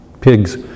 pigs